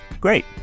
Great